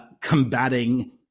combating